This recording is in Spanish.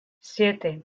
siete